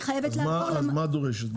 מה את דורשת?